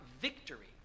victory